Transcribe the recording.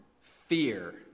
Fear